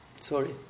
sorry